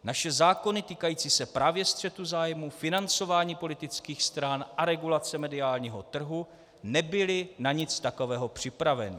Naše zákony týkající se právě střetu zájmů, financování politických stran a regulace mediálního trhu nebyly na nic takového připraveny.